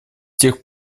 тех